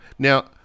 Now